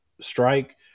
strike